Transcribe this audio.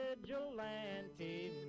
vigilante